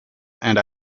and